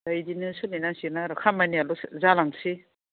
बेबायदिनो सोलिनांसिगोन आरो खामानियाल' जालांथोंसै